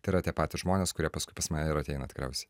tai yra tie patys žmonės kurie paskui pas mane ir ateina tikriausiai